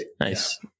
Nice